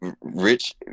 Rich